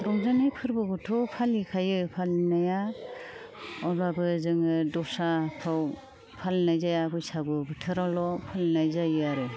रंजानाय फोरबोखौथ' फालिखायो फालिनाया अब्लाबो जोङो दस्राखौ फालिनाय जाया बैसागु बोथोरावल' फालिनाय जायो आरो